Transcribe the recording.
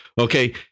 okay